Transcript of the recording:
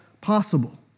possible